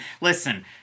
listen